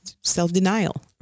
self-denial